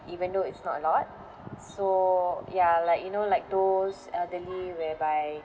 even though it's not a lot so ya like you know like those elderly whereby